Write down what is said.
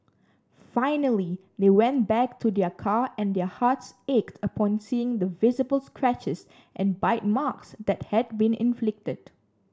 finally they went back to their car and their hearts ached upon seeing the visible scratches and bite marks that had been inflicted